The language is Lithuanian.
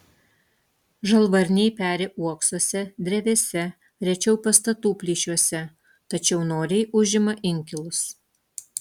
žalvarniai peri uoksuose drevėse rečiau pastatų plyšiuose tačiau noriai užima inkilus